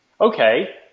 Okay